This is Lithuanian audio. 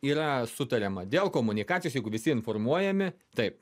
yra sutariama dėl komunikacijos jeigu visi informuojami taip